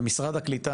במשרד הקליטה,